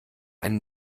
einen